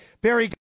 Barry